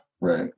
Right